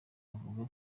avuga